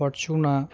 fortuna